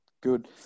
Good